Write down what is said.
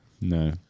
No